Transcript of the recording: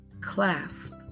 clasp